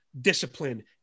discipline